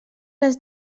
les